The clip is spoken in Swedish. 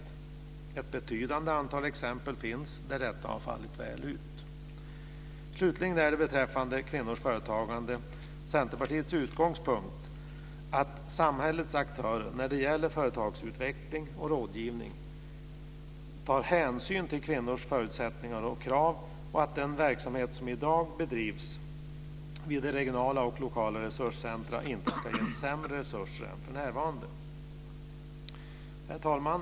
Det finns ett betydande exempel på att detta har fallit väl ut. Slutligen är Centerpartiets utgångspunkt beträffande kvinnors företagande att samhällets aktörer när det gäller företagsutveckling och rådgivning ska ta hänsyn till kvinnors förutsättningar och krav och att den verksamhet som i dag bedrivs vid regionala och lokala resurscentrer inte ska ges sämre resurser än för närvarande. Herr talman!